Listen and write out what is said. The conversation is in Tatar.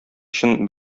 өчен